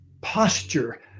posture